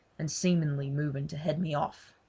and seemingly moving to head me off.